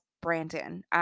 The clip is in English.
Brandon